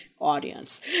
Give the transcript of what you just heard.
audience